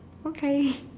okay